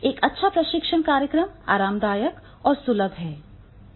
एक अच्छा प्रशिक्षण कार्यक्रम आरामदायक और सुलभ है